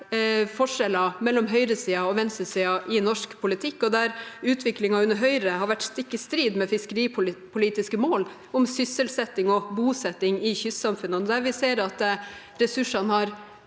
forskjeller mellom høyresiden og venstresiden i norsk politikk, der utviklingen under Høyre har vært stikk i strid med fiskeripolitiske mål om sysselsetting og bosetting i kystsamfunnene, og der vi ser at ressursene har